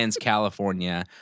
California